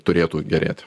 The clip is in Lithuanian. turėtų gerėti